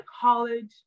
college